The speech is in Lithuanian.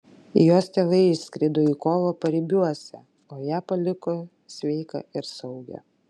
jos tėvai išskrido į kovą paribiuose o ją paliko sveiką ir saugią